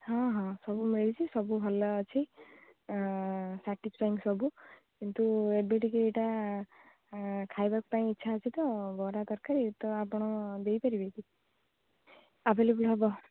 ହଁ ହଁ ସବୁ ମିଳିଛି ସବୁ ଭଲ ଅଛି ସାଟିସ୍ଫାଇଂ ସବୁ କିନ୍ତୁ ଏବେ ଟିକିଏ ଏଇଟା ଖାଇବାକୁ ଇଚ୍ଛା ଅଛି ତ ବରା ତରକାରୀ ତ ଆପଣ ଦେଇପାରିବେ କି ଆଭେଲେବୁଲ୍ ହବ